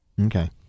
Okay